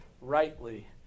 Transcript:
rightly